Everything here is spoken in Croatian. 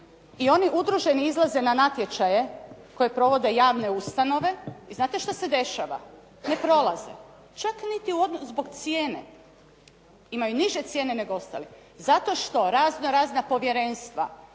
i oni udruženi izlaze na natječaje koje provode javne ustanove i znate što se dešava? Ne prolaze. Čak niti zbog cijene. Imaju niže cijene nego ostali. Zato što raznorazna povjerenstva